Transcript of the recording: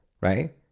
right